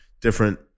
different